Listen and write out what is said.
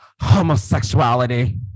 homosexuality